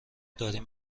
داریم